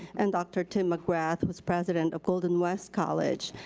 and dr. tim mcgrath who's president of golden west college.